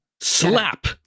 slap